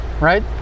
Right